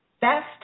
best